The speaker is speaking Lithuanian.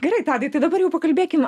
gerai tadai tai dabar jau pakalbėkim